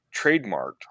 trademarked